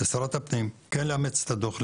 לשרת הפנים כן לאמץ את הדוח,